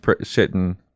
sitting